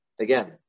again